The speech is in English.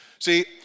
See